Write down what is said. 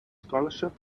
scholarship